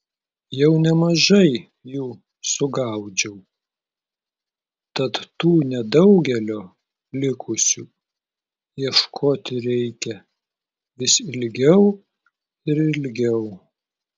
jau nemažai jų sugaudžiau tad tų nedaugelio likusių ieškoti reikia vis ilgiau ir ilgiau